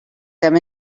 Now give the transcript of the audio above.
them